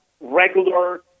regular